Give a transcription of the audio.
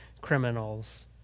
criminals